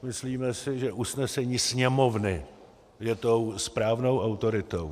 Myslíme si, že usnesení Sněmovny je tou správnou autoritou.